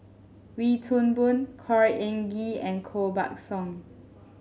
Wee Toon Boon Khor Ean Ghee and Koh Buck Song